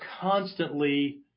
constantly